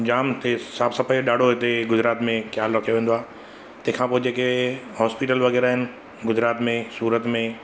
जाम हिते साफ़ सफ़ाई जो ॾाढो हिते गुजरात में ख़्यालु रखियो वेंदो आहे तंहिंखां पोइ जेके हॉस्पिटल वग़ैरह आहिनि गुजरात में सूरत में